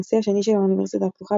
הנשיא השני של האוניברסיטה הפתוחה,